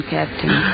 Captain